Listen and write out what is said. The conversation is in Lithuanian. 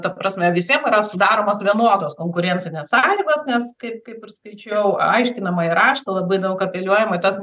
ta prasme visiem yra sudaromos vienodos konkurencinės sąlygos nes kaip kaip ir skaičiau aiškinamąjį raštą labai daug apeliuojam į tas